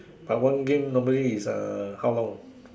but one game normally is uh how long